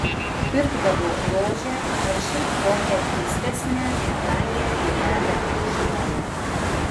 pirkdavo rožę ar šiaip kokią keistesnę nebrangią gėlelę žmonai